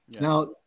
Now